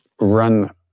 run